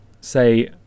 say